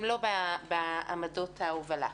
הן לא בעמדות ההובלה.